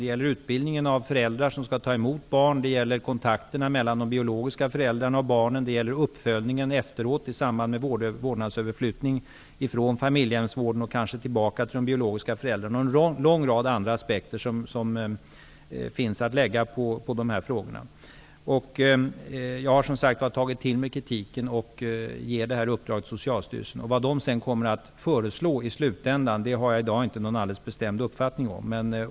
Det gäller utbildningen av föräldrar som skall ta emot barn, kontakterna mellan de biologiska föräldrarna och barnen samt uppföljningen efteråt i samband med en vårdnadsöverflyttning -- kanske tillbaka till de biologiska föräldrarna -- från familjehemsvården. Det finns en lång rad andra aspekter i dessa frågor. Jag har tagit till mig kritiken och ger detta uppdrag till Socialstyrelsen. Vad man sedan kommer att föreslå i slutändan har jag i dag inte någon alldeles bestämd uppfattning om.